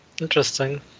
Interesting